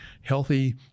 healthy